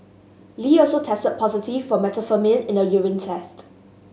Lee also tested positive for methamphetamine in a urine test